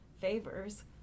favors